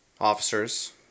officers